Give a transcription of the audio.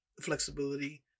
flexibility